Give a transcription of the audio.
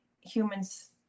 humans